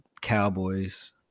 Cowboys